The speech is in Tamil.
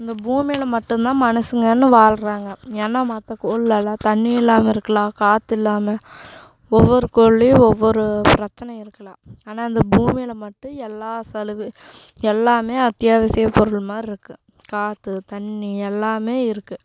அந்த பூமியில் மட்டும்தான் மனுசங்கள்னு வாழ்கிறாங்க ஏன்னா மற்ற கோள்லலாம் தண்ணி இல்லாமல் இருக்கலாம் காற்று இல்லாமல் ஒவ்வொரு கோள்லேயும் ஒவ்வொரு பிரச்சனை இருக்கலாம் ஆனால் இந்த பூமியில் மட்டும் எல்லா சலுகை எல்லாம் அத்தியாவசிய பொருள் மாதிரிருக்கு காற்று தண்ணி எல்லாமே இருக்குது